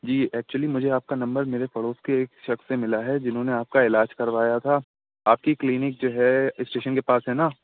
جی actually مجھے آپ کا نمبر میرے پڑوس کے ایک شخص سے ملا ہے جنہوں نے آپ کا علاج کروایا تھا آپ کی کلینک جو ہے اسٹیشن کے پاس ہے نا